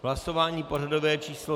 Hlasování pořadové číslo 105.